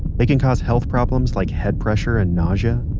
they can cause health problems like head pressure and nausea,